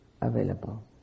available